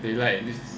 they like this